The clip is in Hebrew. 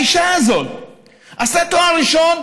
האישה הזאת עשתה תואר ראשון,